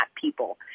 people